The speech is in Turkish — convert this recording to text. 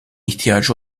ihtiyacı